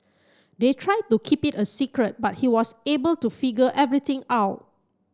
they tried to keep it a secret but he was able to figure everything out